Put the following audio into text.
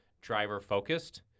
driver-focused